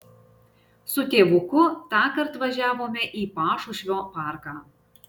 su tėvuku tąkart važiavome į pašušvio parką